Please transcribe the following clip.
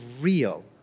real